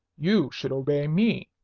you should obey me,